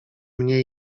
mnie